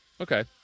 Okay